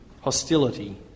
hostility